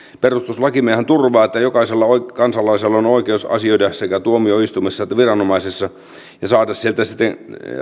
perustuslakimmehan turvaa että jokaisella kansalaisella on oikeus asioida sekä tuomioistuimessa että viranomaisissa ja saada sieltä sitten